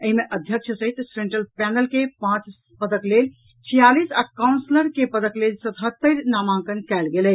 एहि मे अध्यक्ष सहित सेन्ट्रल पैनल के पांच पदक लेल छियालीस आ काउंसलर के पदक लेल सतहत्तर नामांकन कयल गेल अछि